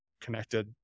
connected